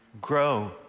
grow